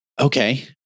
Okay